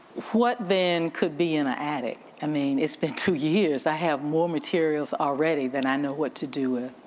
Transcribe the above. what then could be in an attic? i mean it's been two years. i have more materials already than i know what to do with.